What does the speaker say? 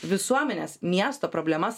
visuomenės miesto problemas